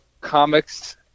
comics